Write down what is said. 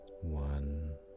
One